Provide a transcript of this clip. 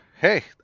Hey